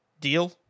Deal